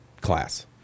class